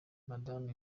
madamu